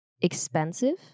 expensive